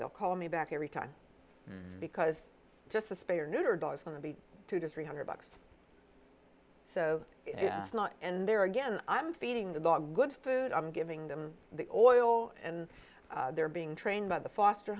they'll call me back every time because just a spare neutered was going to be two to three hundred bucks so not in there again i'm feeding the dog good food i'm giving them the oil and they're being trained by the foster